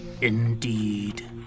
Indeed